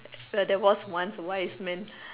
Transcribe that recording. ya there was once a wise man